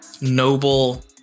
noble